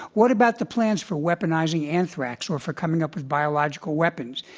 what about the plans for weaponizing anthrax or for coming up with biological weapons?